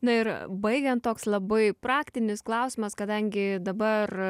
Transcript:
na ir baigiant toks labai praktinis klausimas kadangi dabar